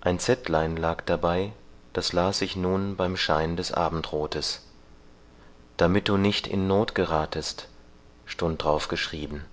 ein zettlein lag dabei das las ich nun beim schein des abendrothes damit du nicht in noth gerathest stund darauf geschrieben